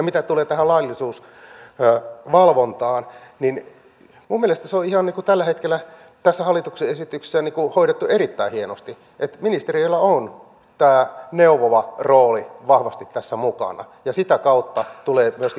mitä tulee tähän laillisuusvalvontaan niin minun mielestäni se on tällä hetkellä hallituksen esityksessä hoidettu erittäin hienosti että ministeriöllä on tämä neuvova rooli vahvasti tässä mukana ja sitä kautta tulee myöskin se laillisuusvalvonta tähän